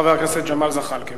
חבר הכנסת ג'מאל זחאלקה.